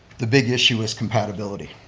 the big issue is compatibility.